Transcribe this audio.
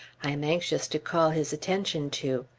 i am anxious to call his attention to.